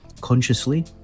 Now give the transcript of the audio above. consciously